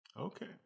okay